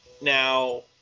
Now